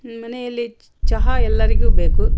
ಮನೆಯಲ್ಲಿ ಚಹಾ ಎಲ್ಲರಿಗೂ ಬೇಕು